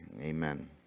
Amen